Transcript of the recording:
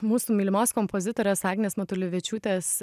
mūsų mylimos kompozitorės agnės matulevičiūtės